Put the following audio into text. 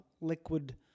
liquid